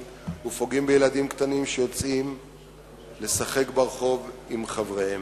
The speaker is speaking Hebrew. ופוגעים בילדים קטנים שיוצאים לשחק ברחוב עם חבריהם.